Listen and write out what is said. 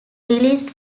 released